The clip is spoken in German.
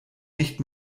nicht